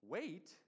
Wait